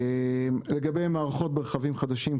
לגבי מערכות ברכבים חדשים,